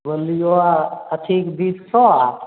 बोललिओ अथीके बीज छऽ